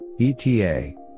ETA